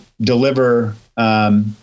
deliver